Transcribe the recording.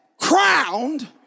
crowned